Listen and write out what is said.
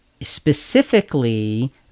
specifically